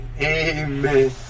Amen